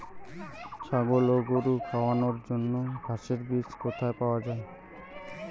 ছাগল ও গরু খাওয়ানোর জন্য ঘাসের বীজ কোথায় পাওয়া যায়?